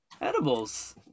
edibles